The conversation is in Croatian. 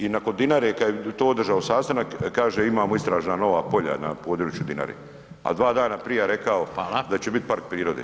I nakon Dinare kad je to održao sastanak kaže imamo istražna nova polja na području Dinare, a dva dana prije rekao da će biti [[Upadica: Hvala.]] park prirode.